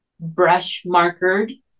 brush-markered